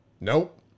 Nope